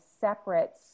separate